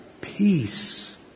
peace